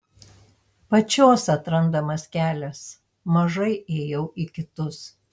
pačios atrandamas kelias mažai ėjau į kitus